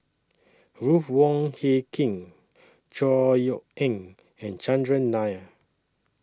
Ruth Wong Hie King Chor Yeok Eng and Chandran Nair